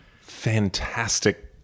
fantastic